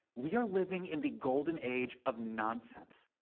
we are living in the golden age of nonsense.